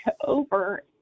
over